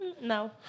No